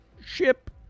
ship